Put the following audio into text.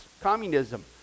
communism